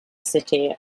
city